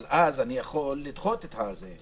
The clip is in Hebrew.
אבל אז אני יכול לדחות את זה.